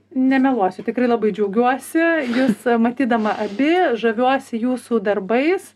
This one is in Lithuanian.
nemeluosiu tikrai labai džiaugiuosi jus matydama abi žaviuosi jūsų darbais